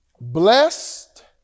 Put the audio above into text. Blessed